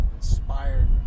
inspired